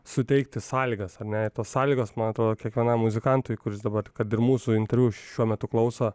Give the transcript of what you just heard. suteikti sąlygas ar ne ir tos sąlygos man atrodo kiekvienam muzikantui kuris dabar kad ir mūsų interviu šiuo metu klauso